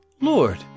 Lord